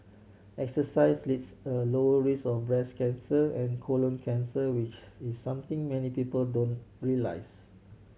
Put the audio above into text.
exercise leads a lower risk of breast cancer and colon cancer which is something many people don't realise